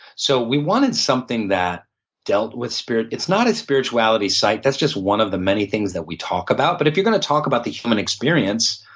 so we wanted something that dealt with so it's not a spirituality site, that's just one of the many things that we talk about, but if you're going to talk about the human experience,